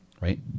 Right